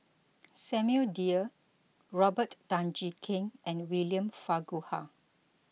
Samuel Dyer Robert Tan Jee Keng and William Farquhar